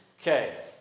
Okay